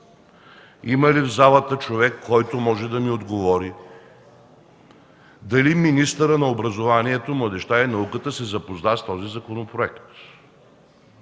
има ли в залата човек, който може да ми отговори дали министърът на образованието, младежта и науката се е запознал с този законопроект?